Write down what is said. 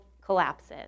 collapses